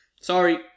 sorry